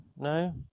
no